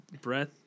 breath